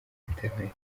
internet